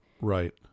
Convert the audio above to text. Right